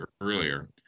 earlier